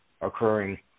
occurring